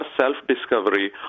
self-discovery